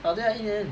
but then I 一年